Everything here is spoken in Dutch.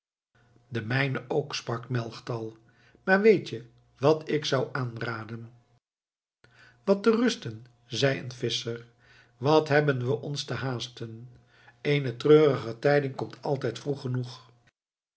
de mijne ook sprak melchtal maar weet je wat ik zou aanraden wat te rusten zeide een visscher wat hebben we ons te haasten eene treurige tijding komt altijd vroeg genoeg